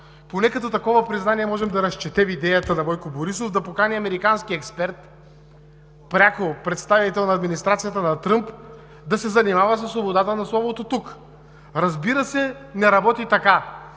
Поне като такова признание можем да разчетем идеята на Бойко Борисов да покани пряко американски експерт – представител на Тръмп, да се занимава със свободата на словото тук. Разбира се, не работи така!